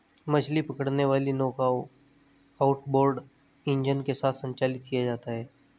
मछली पकड़ने वाली नौकाओं आउटबोर्ड इंजन के साथ संचालित किया जाता है